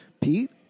Pete